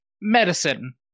medicine